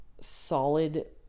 solid